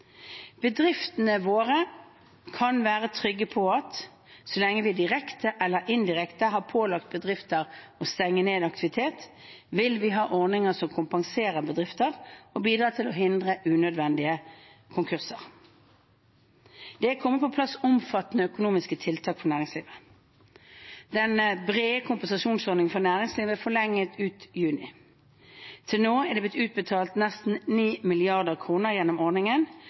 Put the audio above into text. Bedriftene våre kan være trygge på at vi, så lenge vi direkte eller indirekte har pålagt bedrifter å stenge ned aktivitet, vil ha ordninger som kompenser bedriftene og bidrar til å hindre unødvendige konkurser. Det er kommet på plass omfattende økonomiske tiltak for næringslivet. Den brede kompensasjonsordningen for næringslivet er forlenget ut juni. Til nå er det blitt utbetalt nesten 9 mrd. kr gjennom ordningen